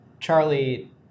Charlie